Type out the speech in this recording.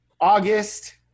August